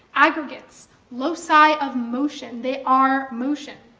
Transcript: aggregates, loci of motion. they are motion.